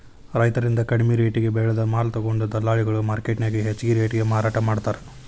ರೈತರಿಂದ ಕಡಿಮಿ ರೆಟೇಗೆ ಬೆಳೆದ ಮಾಲ ತೊಗೊಂಡು ದಲ್ಲಾಳಿಗಳು ಮಾರ್ಕೆಟ್ನ್ಯಾಗ ಹೆಚ್ಚಿಗಿ ರೇಟಿಗೆ ಮಾರಾಟ ಮಾಡ್ತಾರ